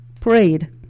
prayed